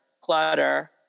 clutter